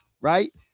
right